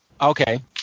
Okay